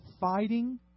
fighting